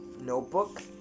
notebook